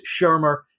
Shermer